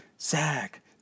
Zach